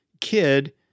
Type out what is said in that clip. kid